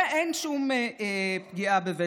לא,